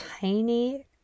tiny